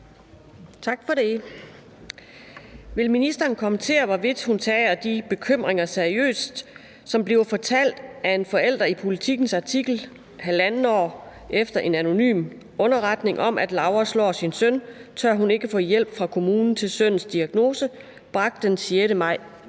Tak for det. Vil ministeren kommentere, hvorvidt hun tager de bekymringer seriøst, som bliver fortalt af en forælder i Politikens artikel »Halvandet år efter en anonym underretning om, at Laura slår sin søn, tør hun ikke få hjælp fra kommunen til sønnens diagnose« bragt den 6. maj